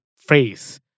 phrase